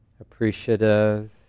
appreciative